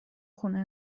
خونه